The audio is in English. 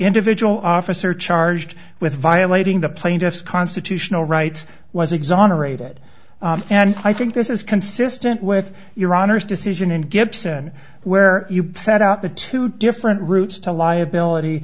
individual officer charged with violating the plaintiff's constitutional rights was exonerated and i think this is consistent with your honor's decision in gibson where you set out the two different routes to liability